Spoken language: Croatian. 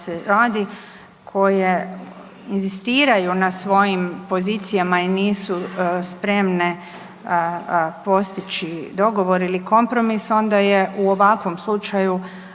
koje inzistiraju na svojim pozicijama i nisu spremne postići dogovor ili kompromis onda je u ovakvom slučaju